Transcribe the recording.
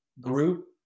group